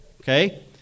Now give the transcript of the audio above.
okay